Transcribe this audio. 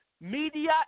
media